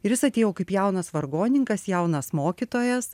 ir jis atėjo kaip jaunas vargonininkas jaunas mokytojas